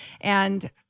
And-